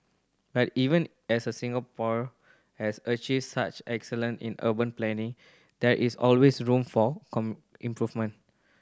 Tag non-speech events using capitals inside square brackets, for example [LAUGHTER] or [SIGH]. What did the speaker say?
but even as a Singapore has achieved such excellence in urban planning there is always room for [UNINTELLIGIBLE] improvement